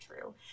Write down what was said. true